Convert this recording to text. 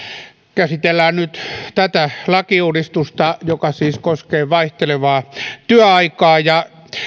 nyt käsitellään tätä lakiuudistusta joka siis koskee vaihtelevaa työaikaa ja